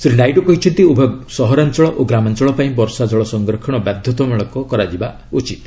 ଶ୍ରୀ ନାଇଡୁ କହିଛନ୍ତି ଉଭୟ ସହରାଞ୍ଚଳ ଓ ଗ୍ରାମାଞ୍ଚଳ ପାଇଁ ବର୍ଷା ଜଳ ସଂରକ୍ଷଣ ବାଧ୍ୟତା ମୂଳକ କରାଯିବା ଉଚିତ୍